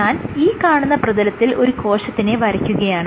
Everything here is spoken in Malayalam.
ഞാൻ ഈ കാണുന്ന പ്രതലത്തിൽ ഒരു കോശത്തിനെ വരയ്ക്കുകയാണ്